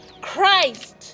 christ